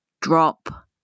drop